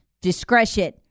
discretion